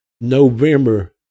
november